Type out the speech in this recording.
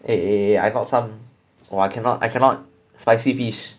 eh eh I got some oh I cannot I cannot spicy fish